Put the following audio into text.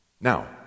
Now